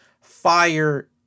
fire